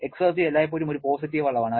exergy എല്ലായ്പ്പോഴും ഒരു positive അളവാണ്